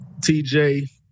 TJ